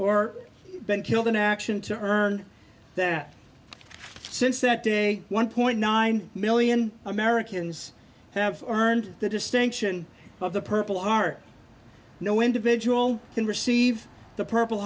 or been killed in action to earn that since that day one point nine million americans have earned the distinction of the purple are no individual can receive the purple